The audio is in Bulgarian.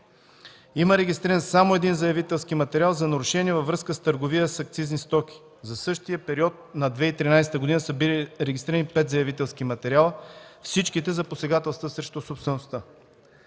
Има регистриран само един заявителски материал за нарушение във връзка с търговия с акцизни стоки. За същия период на 2013 г. са били регистрирани пет заявителски материала, всичките за посегателства срещу собствеността.